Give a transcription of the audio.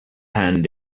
hand